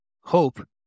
hope